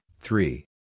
three